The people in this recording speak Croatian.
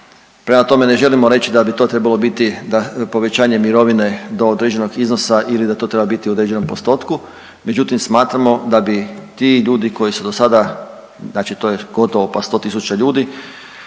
prema tome, ne želimo reći da bi to trebalo biti da povećanje mirovine do određenog iznosa ili da to treba biti u određenom postotku, međutim, smatramo da bi ti ljudi koji su do sada, znači to je gotovo pa 100 tisuća ljudi,